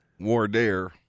Wardare